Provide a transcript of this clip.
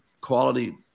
quality –